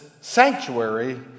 sanctuary